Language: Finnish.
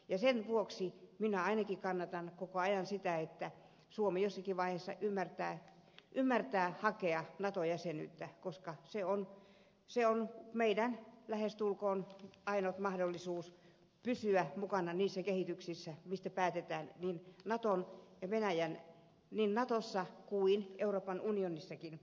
ja sen vuoksi ainakin minä kannatan koko ajan sitä että suomi jossakin vaiheessa ymmärtää hakea nato jäsenyyttä koska se on meidän lähestulkoon ainut mahdollisuutemme pysyä mukana niissä kehityksissä joista päätetään niin natossa kuin euroopan unionissakin